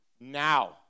now